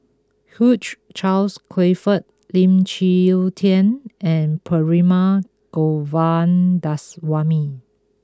Hugh Charles Clifford Lim Chwee Chian and Perumal Govindaswamy